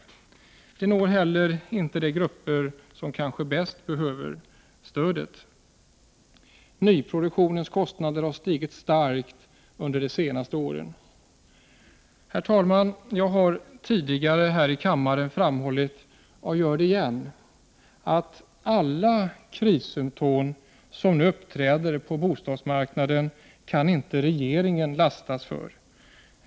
De når heller inte de grupper som kanske bäst behöver stöd. —- Nyproduktionens kostnader har stigit starkt under de senaste åren. Herr talman! Jag har tidigare här i kammaren framhållit, och gör det igen, att alla krissymptom som nu uppträder på bostadsmarknaden kan inte regeringen lastas för.